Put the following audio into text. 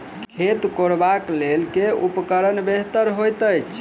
खेत कोरबाक लेल केँ उपकरण बेहतर होइत अछि?